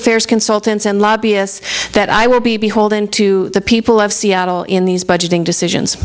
affairs consultants and lobbyists that i would be beholden to the people of seattle in these budgeting decisions